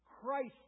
Christ